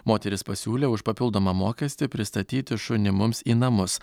moteris pasiūlė už papildomą mokestį pristatyti šunį mums į namus